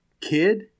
kid